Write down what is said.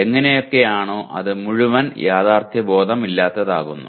എങ്ങനെയൊക്കെയോ അത് മുഴുവൻ യാഥാർത്ഥ്യബോധമില്ലാത്തതാക്കുന്നു